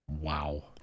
Wow